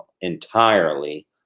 entirely